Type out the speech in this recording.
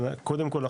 קודם כל,